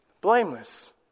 Blameless